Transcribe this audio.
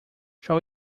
shall